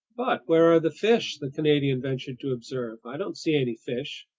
but where are the fish? the canadian ventured to observe. i don't see any fish!